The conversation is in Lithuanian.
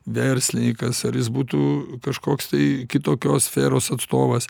verslininkas ar jis būtų kažkoks tai kitokios sferos atstovas